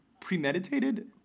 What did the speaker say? premeditated